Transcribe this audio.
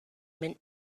mint